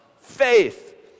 faith